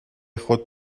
خود